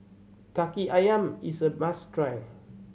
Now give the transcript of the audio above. Kaki Ayam is a must try